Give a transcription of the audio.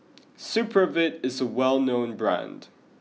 Supravit is a well known brand